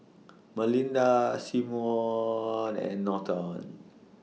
Malinda Symone and Norton